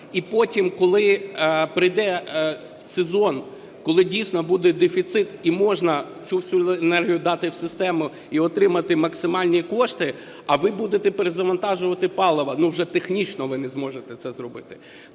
і потім, коли прийде сезон, коли дійсно буде дефіцит і можна цю всю енергію дати в систему і отримати максимальні кошти, а ви будете перезавантажувати паливо. Ну, вже технічно ви не зможете це зробити.